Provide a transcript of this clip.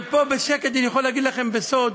ופה בשקט, אני יכול להגיד לכם בסוד,